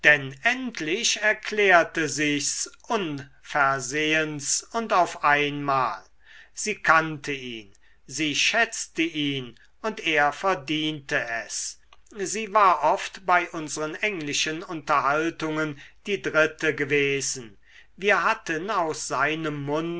endlich erklärte sich's unversehens und auf einmal sie kannte ihn sie schätzte ihn und er verdiente es sie war oft bei unseren englischen unterhaltungen die dritte gewesen wir hatten aus seinem munde